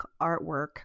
artwork